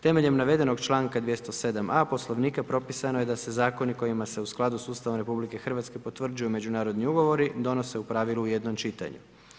Temeljem navedenog članka 207.a Poslovnika propisano je da se zakoni kojima se u skladu sa Ustavom RH potvrđuju međunarodni ugovori donose u pravilu u jednom čitanju.